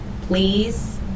please